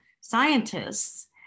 scientists